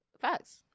Facts